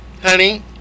Honey